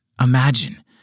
imagine